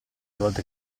volta